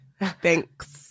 thanks